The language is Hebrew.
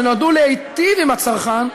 שנועדו להטיב עם הצרכן,